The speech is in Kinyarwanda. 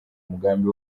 mugambi